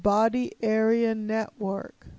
body area network